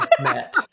met